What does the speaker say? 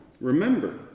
Remember